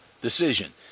decision